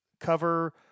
cover